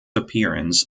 appearance